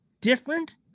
different